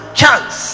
chance